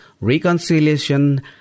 reconciliation